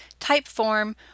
Typeform